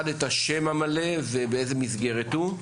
אני